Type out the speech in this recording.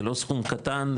זה לא סכום קטן.